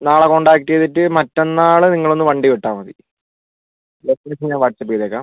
നാളെ കോൺടാക്ട് ചെയ്തിട്ട് മറ്റന്നാൾ നിങ്ങളൊന്ന് വണ്ടി വിട്ടാൽ മതി ലൊക്കേഷൻ ഞാൻ വാട്ട്സ്ആപ്പ് ചെയ്തേക്കാം